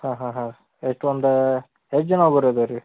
ಹಾಂ ಹಾಂ ಹಾಂ ಎಷ್ಟು ಒಂದು ಎಷ್ಟು ಜನ ಹೊಗೋರು ಅದಾರ ರೀ